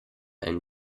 einen